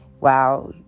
wow